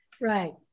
Right